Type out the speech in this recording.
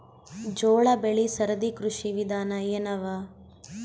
ಜೋಳ ಬೆಳಿ ಸರದಿ ಕೃಷಿ ವಿಧಾನ ಎನವ?